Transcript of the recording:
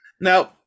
now